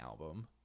album